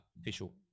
official